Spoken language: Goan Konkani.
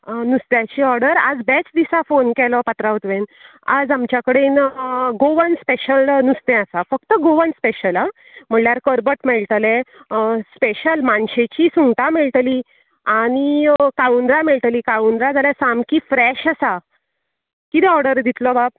नुसत्याची ऑर्डर आज बेस्ट दिसा फोन केलो पात्रांव तुवें आज आमच्या कडेन गोवन स्पेशल नुस्तें आसा फक्त गोवन स्पेशल आं म्हणल्यार कर्बट मेळटलें स्पेशल मानशेचीं सुंगटा मेळटली आनी काळुंदरां मेळटली काळुंदरां जाल्यार सामकी फ्रेश आसा किदें ऑर्डर दितलो बाब